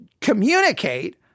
communicate